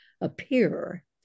appear